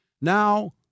Now